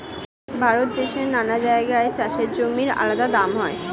ভারত দেশের নানা জায়গায় চাষের জমির আলাদা দাম হয়